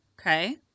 Okay